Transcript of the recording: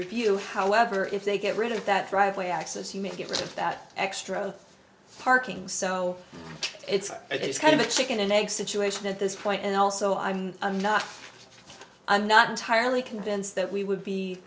you however if they get rid of that driveway access you may get rid of that extra parking so it's it's kind of a chicken and egg situation at this point and also i'm not i'm not entirely convinced that we would be